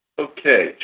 Okay